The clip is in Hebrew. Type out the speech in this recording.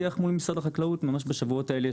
אנחנו בשיח מול משרד החקלאות ממש בשבועות האלה.